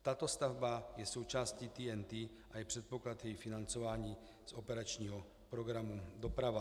Tato stavba je součástí TNT a je předpoklad její financování z operačního programu Doprava.